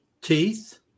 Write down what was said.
teeth